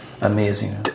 amazing